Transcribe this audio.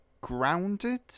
grounded